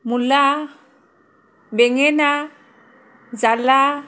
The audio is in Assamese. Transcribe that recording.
মূলা বেঙেনা জ্বালা